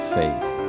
faith